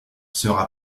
sera